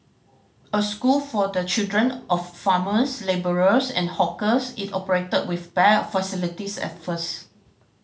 a school for the children of farmers labourers and hawkers it operated with bare facilities at first